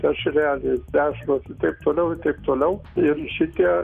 dešrelės dešros ir taip toliau ir taip toliau ir šitie